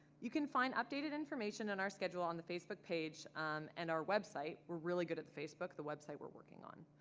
you can find updated information on our schedule on the facebook page um and on our website. we're really good at facebook the website we're working on.